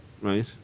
Right